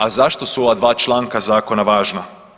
A zašto su ova dva članka zakona važna?